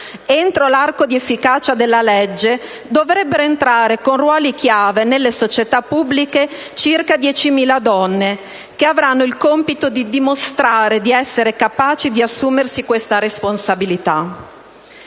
entro l'arco di efficacia della legge dovrebbero entrare con ruoli chiave nelle società pubbliche circa 10.000 donne che avranno il compito di dimostrare di essere capaci di assumersi questa responsabilità.